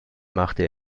machte